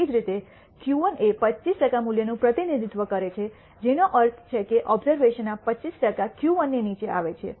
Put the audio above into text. એ જ રીતે Q1 એ 25 ટકા મૂલ્યનું પ્રતિનિધિત્વ કરે છે જેનો અર્થ છે કે ઓબઝર્વેશન ના 25 ટકા Q1 ની નીચે આવે છે